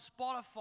Spotify